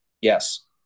Yes